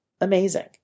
amazing